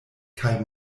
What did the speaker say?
kaj